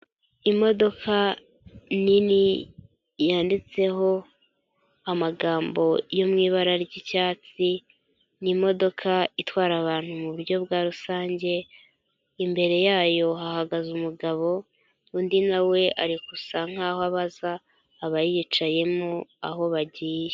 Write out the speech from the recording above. Imodoka nini yanditseho amagambo yo mu ibara ry'icyatsi, n'imodoka itwara abantu mu buryo bwa rusange, imbere yayo hahagaze umugabo undi nawe ari gusa nkaho abaza abayicayemo aho bagiye.